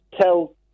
tell